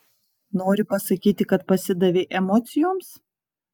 nori pasakyti kad pasidavei emocijoms